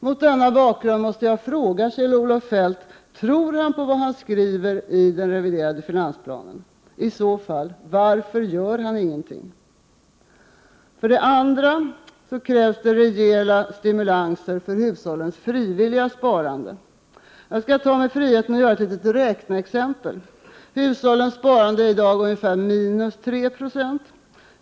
Mot denna bakgrund måste jag fråga: Tror Kjell-Olof Feldt själv på vad han skriver i den reviderade finansplanen? Om det är så, varför gör han då ingenting? För det andra krävs det rejäla stimulanser för hushållens frivilliga sparande. Jag tar mig friheten att ägna mig åt ett litet räkneexempel. Hushållens sparande ligger i dag på ungefär minus 3 96.